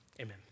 amen